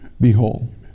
Behold